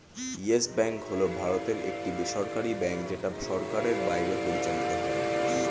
yes Bank হল ভারতের একটি বেসরকারী ব্যাঙ্ক যেটা সরকারের বাইরে পরিচালিত হয়